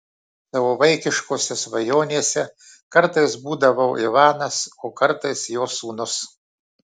savo vaikiškose svajonėse kartais būdavau ivanas o kartais jo sūnus